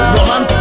Roman